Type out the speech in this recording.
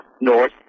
North